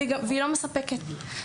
ולא מספקת.